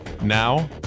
Now